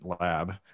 lab